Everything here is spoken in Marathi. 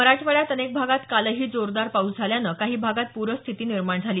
मराठवाड्यात अनेक भागात कालही जोरदार पाऊस झाल्यानं काही भागात प्रस्थिती निर्माण झाली